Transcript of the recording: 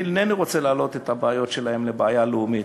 אינני רוצה להעלות את הבעיות שלהם לבעיה לאומית.